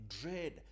dread